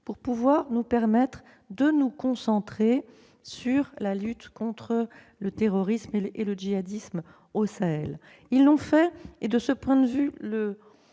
afin de nous permettre de nous concentrer sur la lutte contre le terrorisme et le djihadisme au Sahel- et ils l'ont fait. De ce point de vue,